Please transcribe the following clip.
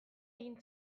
egin